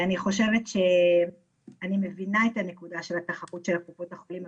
אני חושבת שאני מבינה את הנקודה של התחרות בין קופות החולים.